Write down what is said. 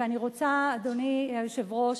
ואני רוצה, אדוני היושב-ראש,